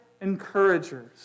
encouragers